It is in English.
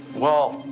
well,